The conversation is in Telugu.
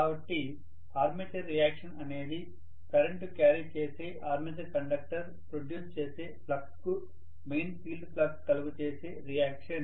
కాబట్టి ఆర్మేచర్ రియాక్షన్ అనేది కరెంటు క్యారీ చేసే ఆర్మేచర్ కండక్టర్స్ ప్రొడ్యూస్ చేసే ఫ్లక్స్ కు మెయిన్ ఫీల్డ్ ఫ్లక్స్ కలుగచేసే రియాక్షన్